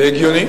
זה הגיוני.